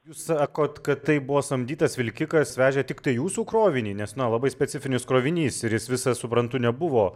jūs sakot kad tai buvo samdytas vilkikas vežė tiktai jūsų krovinį nes na labai specifinis krovinys ir jis visas suprantu nebuvo